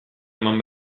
eman